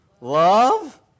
love